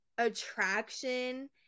attraction